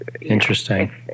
interesting